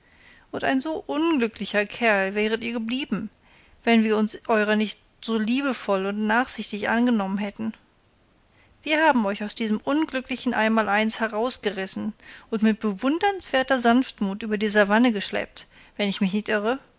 und so ein unglücklicher kerl wäret ihr geblieben wenn wir uns eurer nicht so liebevoll und nachsichtig angenommen hätten wir haben euch aus diesem unglücklichen einmaleins herausgerissen und mit bewundernswerter sanftmut über die savanne geschleppt wenn ich mich nicht irre